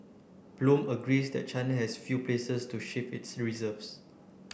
bloom agrees that China has few places to shift its reserves